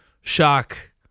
shock